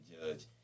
judge